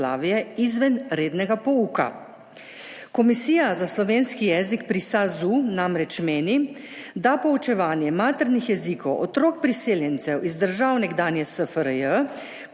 izven rednega pouka. Komisija za slovenski jezik pri SAZU namreč meni, da poučevanje maternih jezikov otrok priseljencev iz držav nekdanje SFRJ,